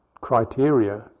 criteria